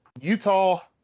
Utah